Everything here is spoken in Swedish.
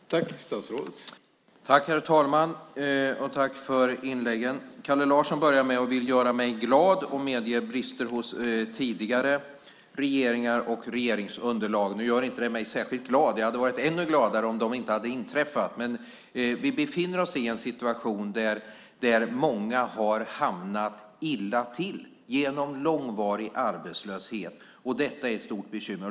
Herr talman! Jag tackar debattörerna för inläggen. Kalle Larsson börjar med att säga att han vill göra mig glad och medger brister hos tidigare regeringar och regeringsunderlag. Nu gör det mig inte särskilt glad. Jag hade varit ännu gladare om de inte hade inträffat. Vi befinner oss i en situation där många har hamnat illa till genom långvarig arbetslöshet. Detta är ett stort bekymmer.